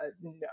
no